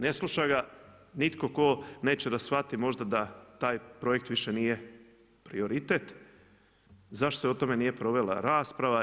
Ne sluša ga nitko tko neće da shvati možda da taj projekt više nije prioritet, zašto se o tome nije provela rasprava.